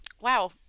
wow